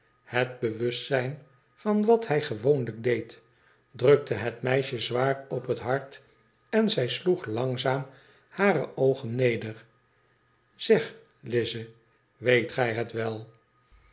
het bewustzijn van wat hij gewoonlijk deed drukte het meisje zwaar op het hart en zij sloeg langzaam hare oogen neder zeg lize weet gij het wel